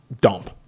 dump